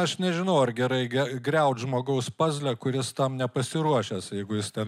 aš nežinau ar gerai griaut žmogaus pazlę kuris tam nepasiruošęs jeigu jis ten